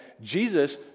Jesus